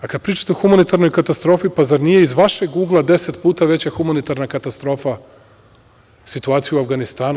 A, kada pričate o humanitarnoj katastrofi, pa zar nije iz vašeg ugla deset puta veća humanitarna katastrofa situacija u Avganistanu?